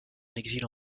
exil